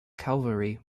cavalry